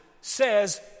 says